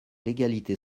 l’égalité